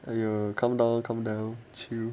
!aiyo! calm down calm down chill